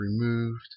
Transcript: Removed